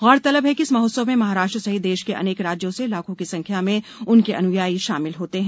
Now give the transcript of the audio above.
गौरतलब है कि इस महोत्सव में महाराष्ट्र सहित देश के अनेक राज्यों से लाखों की संख्या में उनके अनुयायी शामिल होते हैं